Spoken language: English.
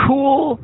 Cool